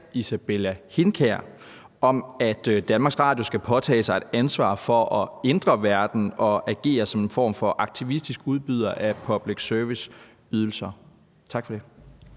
Isabella Hindkjær, om, at DR skal påtage sig et ansvar for at ændre verden og agere som en form for aktivistisk udbyder af public service-ydelser. Tak. Kl.